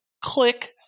Click